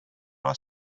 was